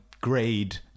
grade